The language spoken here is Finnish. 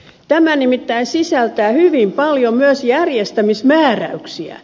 tämä nimittäin sisältää hyvin paljon myös järjestämismääräyksiä